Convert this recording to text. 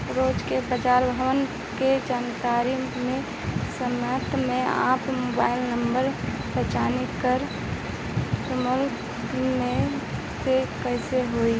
रोज के बाजार भाव के जानकारी मंडी समिति में आपन मोबाइल नंबर पंजीयन करके समूह मैसेज से होई?